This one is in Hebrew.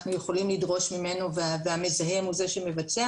אנחנו יכולים לדרוש ממנו והמזהם הוא זה שמבצע,